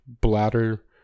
bladder